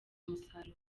umusaruro